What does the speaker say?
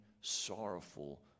sorrowful